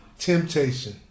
temptation